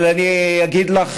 אבל אני אגיד לך